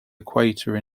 equator